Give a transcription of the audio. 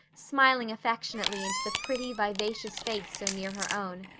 smiling affectionately into the pretty, vivacious face so near her own.